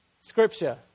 scripture